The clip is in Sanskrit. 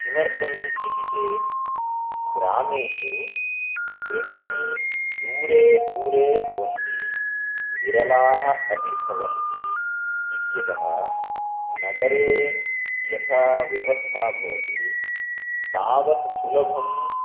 किमर्थम् इति चेत् ग्रामेषु गृहाणि दूरे दूरे भवन्ति विरलाः अपि भवन्ति इत्यतः नगरे यथा व्यवस्था भवति तावत् सुलभं